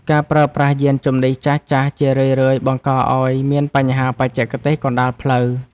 ការប្រើប្រាស់យានជំនិះចាស់ៗ ជារឿយៗបង្កឱ្យមានបញ្ហាបច្ចេកទេសកណ្ដាលផ្លូវ។